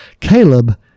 Caleb